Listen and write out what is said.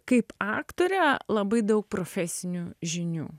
kaip aktorė labai daug profesinių žinių